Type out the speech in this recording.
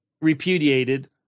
repudiated